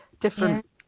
different